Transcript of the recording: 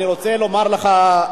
אני רוצה לומר לך,